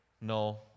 No